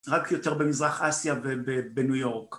רק יותר במזרח אסיה ובניו יורק.